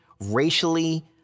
racially